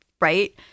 right